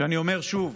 אני אומר שוב,